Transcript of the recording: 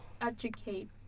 educate